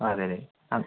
അതെ അതെ ആ